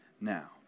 now